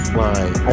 line